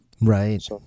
Right